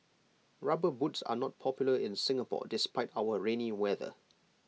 rubber boots are not popular in Singapore despite our rainy weather